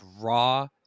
raw